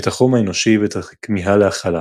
את החום האנושי ואת הכמיהה להכלה.